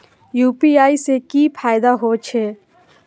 UPI से की फायदा हो छे?